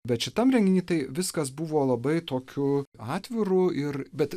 bet šitam renginiui tai viskas buvo labai tokiu atviru ir bet